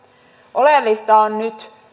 oleellista on nyt